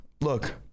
Look